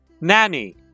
nanny